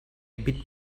bit